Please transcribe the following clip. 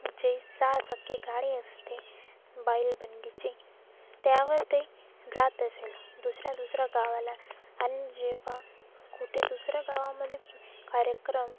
जे असते बैल बंडीचे त्यावर ते जात असेल दुसऱ्या दुसऱ्या गावाला आणि जेव्हा कुठे दुसऱ्या गावामध्ये कु कार्यक्रम